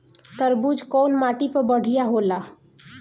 तरबूज कउन माटी पर बढ़ीया होला?